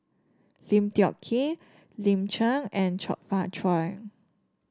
Lim Tiong Ghee Lin Chen and Chong Fah Cheong